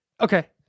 Okay